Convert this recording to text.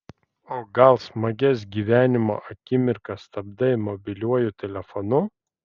o gal smagias gyvenimo akimirkas stabdai mobiliuoju telefonu